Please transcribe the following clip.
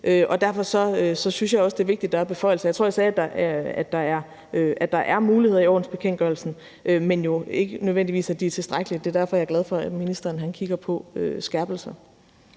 og derfor synes jeg også, det er vigtigt, at der er beføjelser. Jeg tror, jeg sagde, at der er muligheder i ordensbekendtgørelsen, men jo ikke nødvendigvis at de er tilstrækkelige, og det er derfor, jeg er glad for, at ministeren kigger på, om der